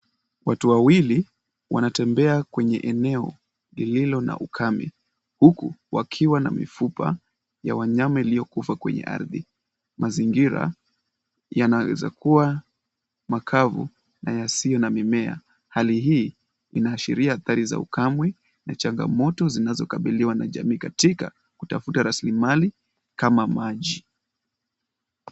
Watu wawili wanatembea kwenye eneo lililo na ukame, huku wakiwa na mifupa ya wanyama iliyokufa kwenye ardhi. Mazingira yanaweza kuwa makavu na yasiyo na mimea. Hali hii inaashiria athari za ukamwe na changamoto zinazokabiliwa na jamii katika kutafuta rasilimali kama maji.